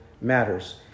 matters